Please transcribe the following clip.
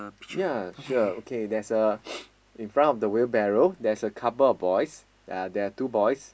ya sure okay there's a in front of the wheelbarrow there's a couple of boys uh there are two boys